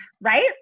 Right